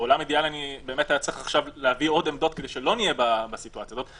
בעולם אידאלי היה צריך להביא עוד עמדות כדי שלא נהיה בסיטואציה הזאת.